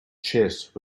chest